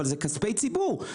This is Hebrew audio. אבל זה כספי ציבור.